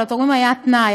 אבל לתורמים היה תנאי,